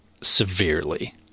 severely